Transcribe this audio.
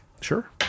sure